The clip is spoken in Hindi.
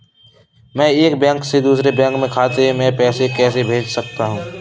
मैं एक बैंक से दूसरे बैंक खाते में पैसे कैसे भेज सकता हूँ?